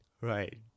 Right